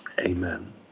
amen